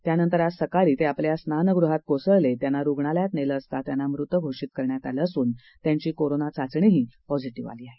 त्यानंतर आज सकाळी ते आपल्या स्नानगृहात कोसळले त्यांना रुग्णालयात नेले असता त्यांना मृत घोषित करण्यात आलं असून त्यांची कोरोना चाचणीही पॉझीटिव्ह आली आहे